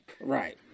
Right